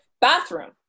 bathroom